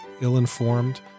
ill-informed